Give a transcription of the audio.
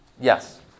Yes